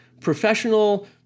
professional